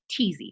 teasy